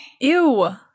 Ew